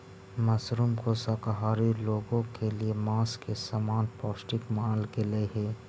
mushroom को शाकाहारी लोगों के लिए मांस के समान पौष्टिक मानल गेलई हे